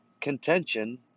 contention